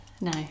no